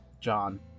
John